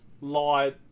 lie